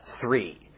three